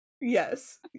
Yes